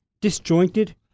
disjointed